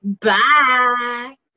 Bye